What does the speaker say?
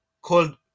called